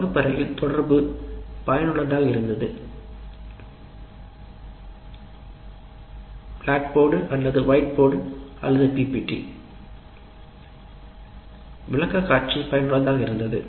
வகுப்பறையில் தொடர்பு பயனுள்ளதாக இருந்தது சாக்போர்டு அல்லது வைட்போர்டு அல்லது பிபிடி விளக்கக்காட்சி பயனுள்ளதாக இருந்தது